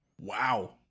wow